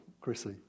Chrissy